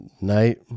night